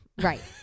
Right